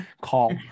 call